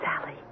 Sally